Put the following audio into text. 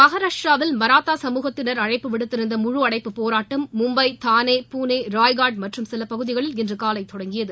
மகாராஷ்டிராவில் மராத்தா சமூகத்தினர் அழைப்புவிடுத்திருந்த முழுஅடைப்பு போராட்டம் மும்பை தானே பூனே ராய்கட் மற்றும் சிலபகுதிகளில் இன்று காலை தொடங்கியது